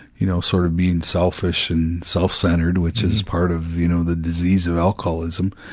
you know, sort of being selfish and self-centered, which is part of, you know, the disease of alcoholism,